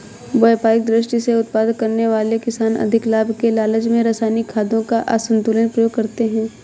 व्यापारिक दृष्टि से उत्पादन करने वाले किसान अधिक लाभ के लालच में रसायनिक खादों का असन्तुलित प्रयोग करते हैं